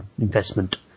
investment